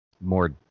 More